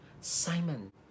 Simon